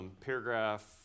paragraph